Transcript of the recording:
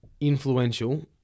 influential